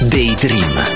Daydream